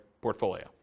portfolio